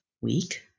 week